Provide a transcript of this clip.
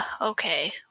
Okay